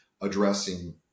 addressing